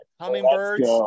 hummingbirds